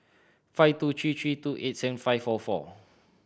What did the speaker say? five two three three two eight seven five four four